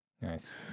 Nice